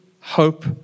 hope